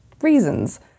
reasons